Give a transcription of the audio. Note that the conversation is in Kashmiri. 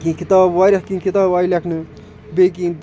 کیٚنٛہہ کِتاب وارِیاہ کیٚنٛہہ کِتاب آیہِ لیٚکھنہٕ بیٚیہِ کیٚنٛہہ